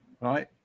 right